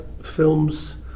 films